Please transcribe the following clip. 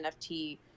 NFT